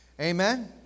amen